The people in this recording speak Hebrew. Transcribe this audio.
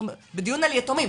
אנחנו בדיון על יתומים